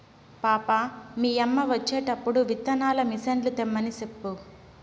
పాపా, మీ యమ్మ వచ్చేటప్పుడు విత్తనాల మిసన్లు తెమ్మని సెప్పు